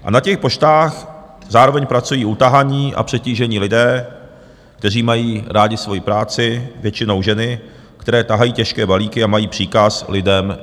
A na těch poštách zároveň pracují utahaní a přetížení lidé, kteří mají rádi svoji práci, většinou ženy, které tahají těžké balíky a mají příkaz lidem nutit losy.